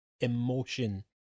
emotion